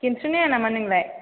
गेमस्रि नाया नामा नोंलाय